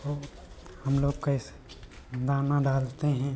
वो हम लोग कैसे दाना डालते हैं